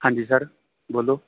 ਹਾਂਜੀ ਸਰ ਬੋਲੋ